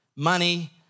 Money